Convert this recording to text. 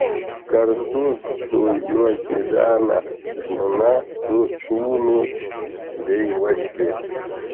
kartu su juo gyvena žmona du sūnūs bei uošvė